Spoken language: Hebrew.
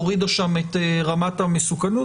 הורידה שם את רמת המסוכנות,